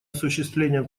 осуществление